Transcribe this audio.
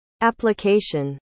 Application